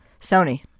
sony